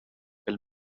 pel